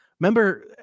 Remember